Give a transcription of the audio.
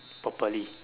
properly